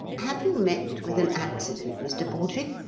have you met with an accident, mr. bawdrey?